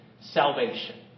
salvation